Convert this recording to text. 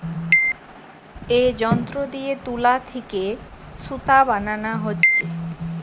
এ যন্ত্র দিয়ে তুলা থিকে সুতা বানানা হচ্ছে